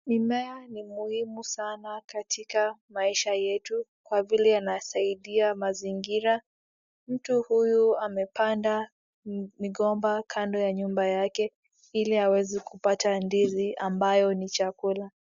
Mimea ni muhimu sana katika maisha yetu kwa vile inasaidia mazingira, mtu huyu amepanda migomba kando ya nyumba yake ili aweze kupata ndizi ambayo ni chakula.